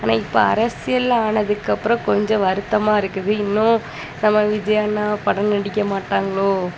ஆனால் இப்போ அரசியல்னு ஆனதுக்கப்புறம் கொஞ்சம் வருத்தமாக இருக்குது இன்னும் நம்ம விஜய் அண்ணா படம் நடிக்க மாட்டாங்களோ